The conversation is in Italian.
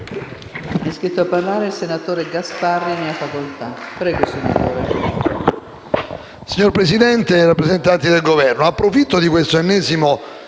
Grazie,